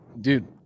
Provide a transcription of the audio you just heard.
dude